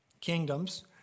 kingdoms